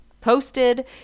posted